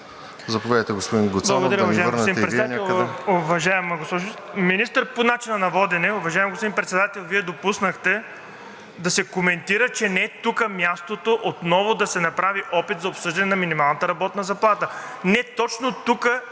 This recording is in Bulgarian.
Заповядайте, господин Гуцанов, да ни върнете и Вие някъде.